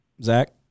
Zach